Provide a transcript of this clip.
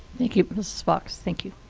thank you, mrs. fox. thank you.